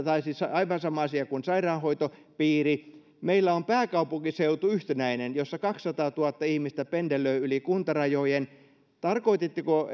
aivan sama asia kuin sairaanhoitopiiri meillä on pääkaupunkiseutu yhtenäinen ja siellä kaksisataatuhatta ihmistä pendelöi yli kuntarajojen tarkoititteko